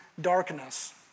darkness